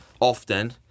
often